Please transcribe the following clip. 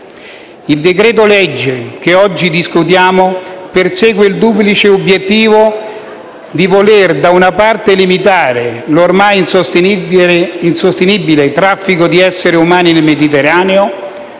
Il decreto-legge che oggi discutiamo persegue il duplice obiettivo di voler limitare l'ormai insostenibile traffico di esseri umani nel Mediterraneo,